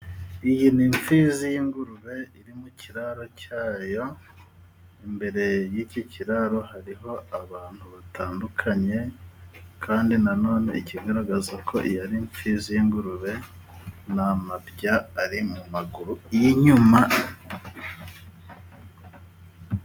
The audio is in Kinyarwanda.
Iyi ni imfizi y'ingurube iri mu kiraro cyayo, imbere y'iki kiraro hariho abantu batandukanye, kandi nanone ikigaragaza ko iyi ari imfizi y'ingurube ni amabya ari mu maguru y'inyuma.